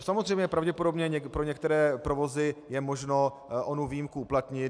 Samozřejmě pravděpodobně pro některé provozy je možno onu výjimku uplatnit.